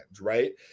right